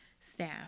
staff